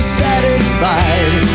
satisfied